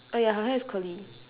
oh ya her hair is curly